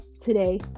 today